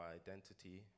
identity